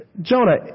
Jonah